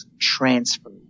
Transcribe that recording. transfer